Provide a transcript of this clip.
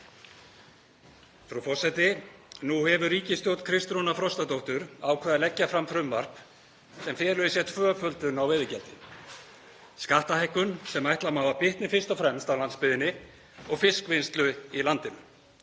Frú forseti. Nú hefur ríkisstjórn Kristrúnar Frostadóttur ákveðið að leggja fram frumvarp sem felur í sér tvöföldun á veiðigjaldi, skattahækkun sem ætla má að bitni fyrst og fremst á landsbyggðinni og fiskvinnslu í landinu.